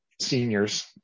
seniors